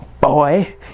Boy